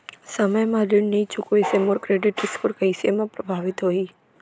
समय म ऋण नई चुकोय से मोर क्रेडिट स्कोर कइसे म प्रभावित होही?